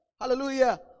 hallelujah